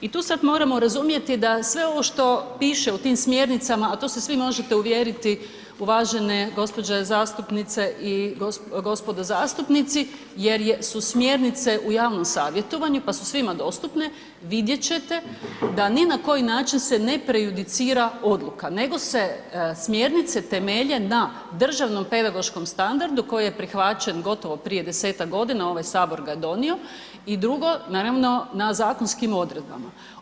I tu sad moramo razumjeti da sve ovo što piše u tim smjernicama, a to se svi možete uvjeriti, uvažene gospođe zastupnice i gospodo zastupnici, jer su smjernice u javnom savjetovanju pa su svima dostupne, vidjet ćete da ni na koji način se ne prejudicira odluka, nego se smjernice temelje na državnom pedagoškom standardu koji je prihvaćen gotovo prije 10-tak godina ovaj sabor ga je donio i drugo naravno na zakonskim odredbama.